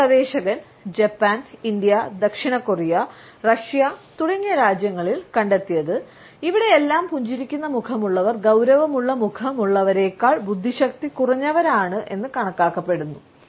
ഒരു ഗവേഷകൻ Japan India ദക്ഷിണ കൊറിയ റഷ്യ തുടങ്ങിയ രാജ്യങ്ങളിൽ കണ്ടെത്തിയത് ഇവിടെയെല്ലാം പുഞ്ചിരിക്കുന്ന മുഖമുള്ളവർ ഗൌരവമുള്ള മുഖമുള്ളവരേക്കാൾ ബുദ്ധിശക്തി കുറഞ്ഞവരാണ് എന്ന് കണക്കാക്കപ്പെടുന്നു